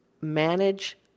manage